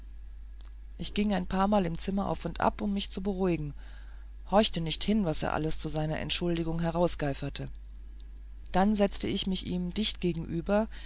ich ging ein paarmal im zimmer auf und ab um mich zu beruhigen horchte nicht hin was er alles zu seiner entschuldigung herausgeiferte dann setzte ich mich ihm dicht gegenüber